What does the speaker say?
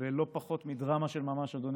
בלא פחות מדרמה של ממש.